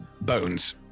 bones